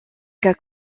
cas